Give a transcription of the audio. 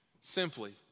Simply